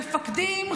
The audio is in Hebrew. מפקדים,